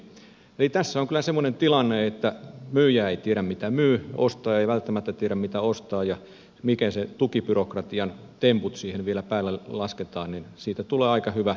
eli tässä on kyllä semmoinen tilanne että myyjä ei tiedä mitä myy ja ostaja ei välttämättä tiedä mitä ostaa ja miten sen tukibyrokratian temput siihen vielä päälle lasketaan ja siitä tulee aika hyvä virkamieshärdelli